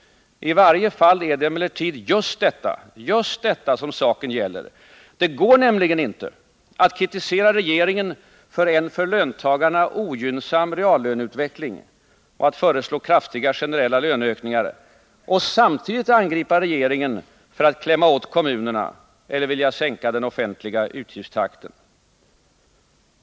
I varje fall är det emellertid just detta som saken gäller. Det går nämligen inte att kritisera regeringen för en för löntagarna ogynnsam reallöneutveckling och att föreslå kraftiga generella löneökningar och samtidigt angripa regeringen för att klämma åt kommunerna eller vilja sänka den offentliga utgiftstakten.